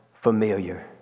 familiar